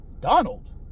Donald